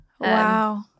Wow